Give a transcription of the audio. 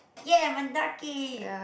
!yay! Mendaki